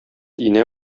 инә